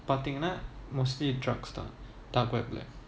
பார்த்தீங்கன்னா:partheenganna mostly drugs lah dark web like